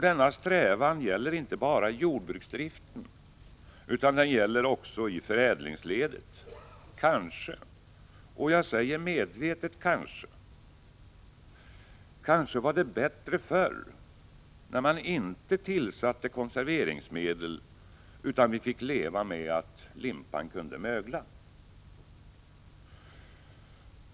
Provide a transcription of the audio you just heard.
Denna strävan gäller inte bara i jordbruksdriften utan också i förädlingsledet. Kanske, jag säger medvetet kanske, var det bättre förr när man inte tillsatte konserveringsmedel utan vi fick leva med att limpan kunde mögla.